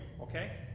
okay